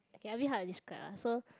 okay a bit hard describe lah so